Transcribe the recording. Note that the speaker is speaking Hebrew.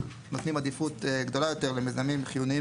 שנותנים עדיפות גדולה יותר למיזמים חיוניים